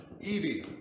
Evie